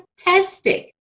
fantastic